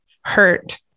hurt